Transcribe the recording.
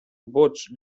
vots